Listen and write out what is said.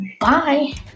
bye